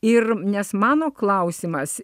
ir nes mano klausimas